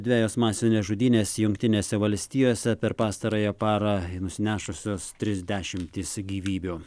dvejos masinės žudynės jungtinėse valstijose per pastarąją parą nusinešusios tris dešimtis gyvybių